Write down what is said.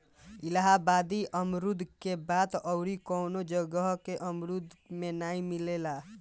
इलाहाबादी अमरुद के बात अउरी कवनो जगह के अमरुद में नाइ मिलेला